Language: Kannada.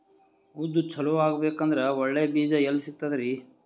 ಉದ್ದು ಚಲೋ ಆಗಬೇಕಂದ್ರೆ ಒಳ್ಳೆ ಬೀಜ ಎಲ್ ಸಿಗತದರೀ?